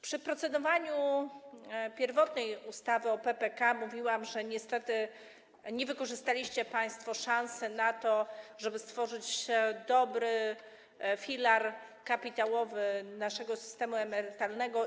Podczas procedowania nad pierwotną ustawą o PPK mówiłam, że niestety nie wykorzystaliście państwo szansy na to, żeby stworzyć dobry filar kapitałowy naszego systemu emerytalnego.